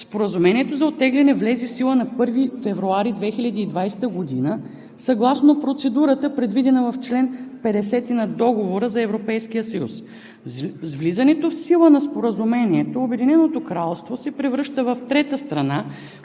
Споразумението за оттегляне влезе в сила на 1 февруари 2020 г. съгласно процедурата, предвидена в чл. 50 на Договора за Европейския съюз. С влизането в сила на Споразумението Обединеното кралство се превръща в трета страна,